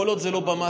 כל עוד זה לא במאסה,